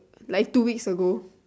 like two weeks ago